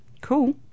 Cool